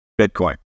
Bitcoin